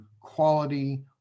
quality